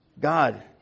God